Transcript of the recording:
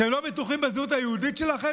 אתם לא בטוחים בזהות היהודית שלכם,